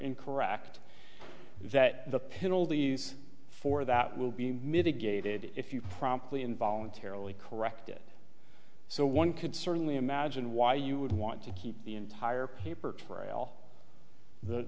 incorrect that the penalties for that will be mitigated if you promptly and voluntarily correct it so one could certainly imagine why you would want to keep the entire paper trail